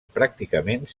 pràcticament